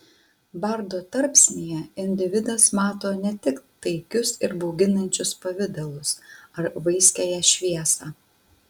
bardo tarpsnyje individas mato ne tik taikius ir bauginančius pavidalus ar vaiskiąją šviesą